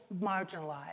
marginalized